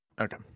Okay